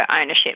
ownership